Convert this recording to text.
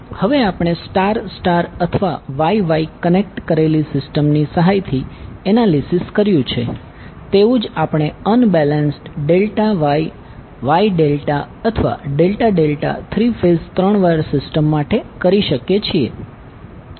હવે આપણે star star અથવા Y Y કનેક્ટ કરેલી સિસ્ટમની સહાયથી એનાલીસીસ કર્યું છે તેવું જ આપણે unbalanced delta Y Y delta અથવા ડેલ્ટા ડેલ્ટા થ્રી ફેઝ ત્રણ વાયર સિસ્ટમ્સ માટે કરી શકીએ છીએ